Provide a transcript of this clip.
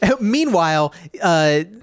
Meanwhile